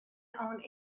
own